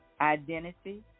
identity